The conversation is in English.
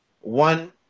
one